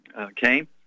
Okay